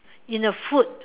in a food